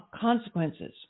consequences